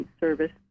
service